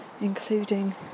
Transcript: including